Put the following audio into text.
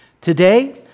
Today